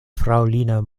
fraŭlina